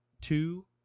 two